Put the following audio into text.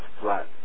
flat